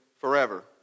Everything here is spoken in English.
Forever